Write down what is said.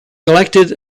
selected